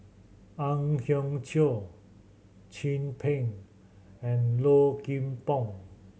Ang Hiong Chiok Chin Peng and Low Kim Pong